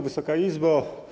Wysoka Izbo!